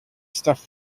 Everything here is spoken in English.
stuff